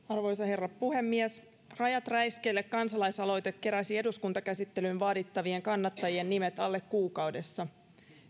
arvoisa herra puhemies rajat räiskeelle kansalaisaloite keräsi eduskuntakäsittelyyn vaadittavien kannattajien nimet alle kuukaudessa